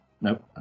nope